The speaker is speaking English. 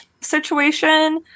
situation